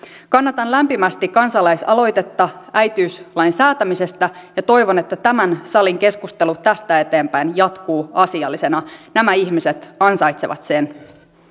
kannatan lämpimästi kansalaisaloitetta äitiyslain säätämisestä ja toivon että tämän salin keskustelu tästä eteenpäin jatkuu asiallisena nämä ihmiset ansaitsevat sen